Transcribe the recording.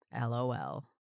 LOL